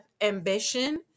ambition